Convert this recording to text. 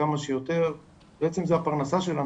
כמה שיותר, בעצם זה הפרנסה שלנו.